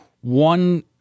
one